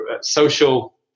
social